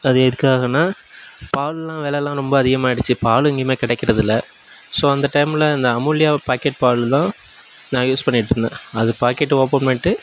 அது எதுக்காகனா பால்லாம் வெளிலலாம் ரொம்ப அதிகமாயிடுச்சி பால் எங்கேயுமே கிடைக்கிறதுல்ல ஸோ அந்த டைம்ல இந்த அமுல்யா பாக்கெட் பால்தான் நான் யூஸ் பண்ணிட்டிருந்தேன் அது பாக்கெட் ஓப்பன் பண்ணிட்டு